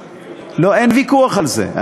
לא, אין ויכוח על זה.